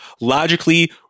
logically